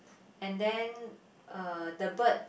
and then uh the bird